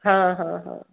हा हा हा